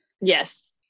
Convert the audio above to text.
Yes